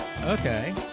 Okay